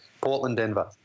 Portland-Denver